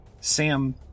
Sam